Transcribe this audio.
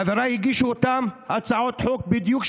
חבריי הגישו אותן הצעות חוק בדיוק,